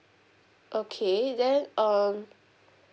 okay then um